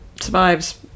survives